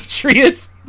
Patriots